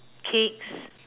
cakes